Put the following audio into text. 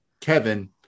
Kevin